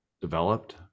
developed